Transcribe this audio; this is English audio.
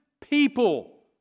people